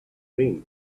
dream